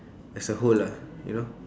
as a whole ah you know